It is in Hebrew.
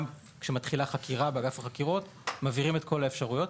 גם כשמתחילה חקירה באגף החקירות מבהירים את כל האפשרויות.